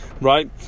right